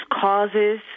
causes